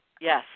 Yes